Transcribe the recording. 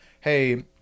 hey